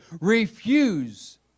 Refuse